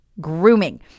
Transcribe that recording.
grooming